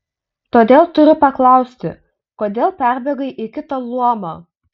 todėl turiu paklausti kodėl perbėgai į kitą luomą